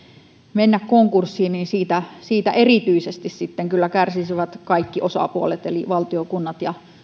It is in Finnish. mennä konkurssiin niin siitä siitä erityisesti sitten kyllä kärsisivät kaikki osapuolet eli valtio kunnat ja